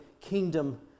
kingdom